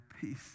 peace